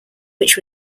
which